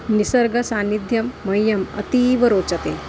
निसर्गसान्निध्यं मह्यम् अतीवरोचते